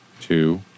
two